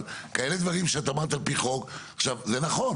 אבל כאלה דברים שאמרת על פי חוק זה נכון,